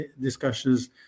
discussions